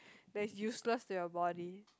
there is useless they've body